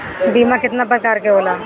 बीमा केतना प्रकार के होला?